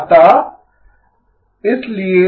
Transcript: अतः इसलिए